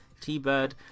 T-Bird